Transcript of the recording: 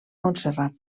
montserrat